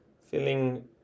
feeling